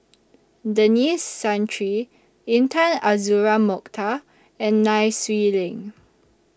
Denis Santry Intan Azura Mokhtar and Nai Swee Leng